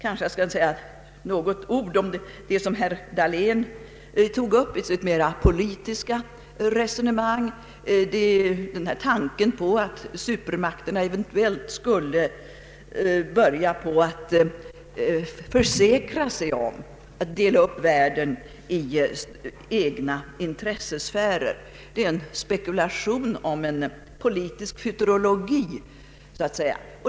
Låt mig sedan anknyta till något som herr Dahlén tog upp i sitt mera politiska resonemang. Tanken på att supermakterna eventuellt skulle börja försäkra sig om en uppdelning av världen i egna intressesfärer är en spekulation, tillhörande en politisk futurologi.